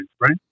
right